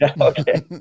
Okay